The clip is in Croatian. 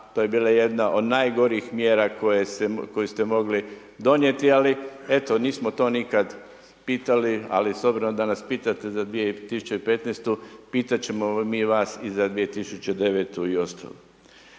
to je bila jedna od najgorih mjera koju ste mogli donijeti, ali eto nismo to nikad pitali, ali s obzirom da nas pitate za 2015. pitat ćemo mi vas i za 2009. i ostalo.